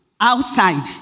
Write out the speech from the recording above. outside